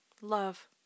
Love